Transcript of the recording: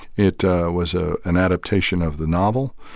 it was ah an adaptation of the novel.